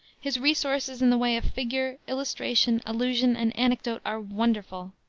his resources in the way of figure, illustration, allusion and anecdote are wonderful.